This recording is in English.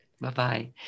Bye-bye